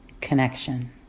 Connection